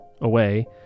away